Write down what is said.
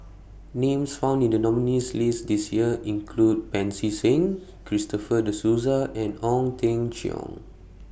Names found in The nominees' list This Year include Pancy Seng Christopher De Souza and Ong Teng Cheong